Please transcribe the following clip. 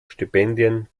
stipendien